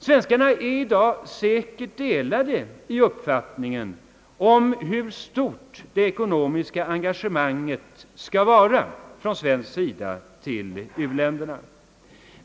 Svenskarna är i dag säkert delade i uppfattningen om hur stort det svenska ekonomiska engagemanget till u-länderna skall vara.